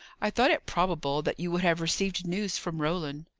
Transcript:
i thought it probable that you would have received news from roland.